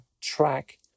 track